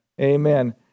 Amen